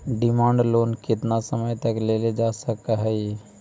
demand loan केतना समय तक लेल जा सकऽ हई